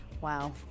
Wow